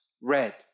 red